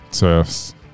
Yes